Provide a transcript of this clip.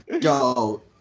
Yo